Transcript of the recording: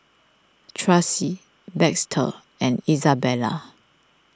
Tracie Baxter and Izabella